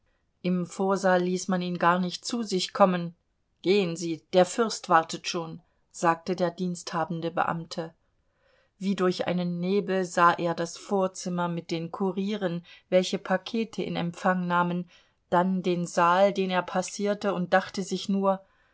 im vorsaal ließ man ihn gar nicht zu sich kommen gehen sie der fürst wartet schon sagte der diensthabende beamte wie durch einen nebel sah er das vorzimmer mit den kurieren welche pakete in empfang nahmen dann den saal den er passierte und dachte sich nur